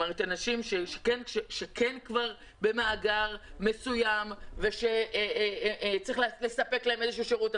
אנשים שכן כבר במאגר מסוים ושצריך לספק להם איזשהו שירות.